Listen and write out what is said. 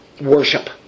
worship